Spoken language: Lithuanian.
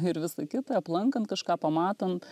ir visa kita aplankant kažką pamatant